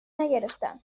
نگرفتم